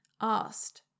asked